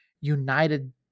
United